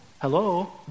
hello